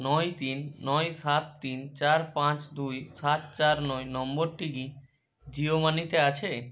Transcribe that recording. নয় তিন নয় সাত তিন চার পাঁচ দুই সাত চার নয় নম্বরটি কি জিও মানিতে আছে